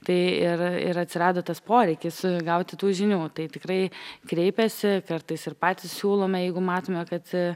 tai ir ir atsirado tas poreikis gauti tų žinių o tai tikrai kreipiasi kartais ir patys siūlome jeigu matome kad